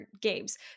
games